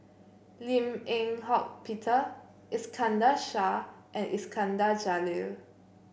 Lim Eng Hock Peter Iskandar Shah and Iskandar Jalil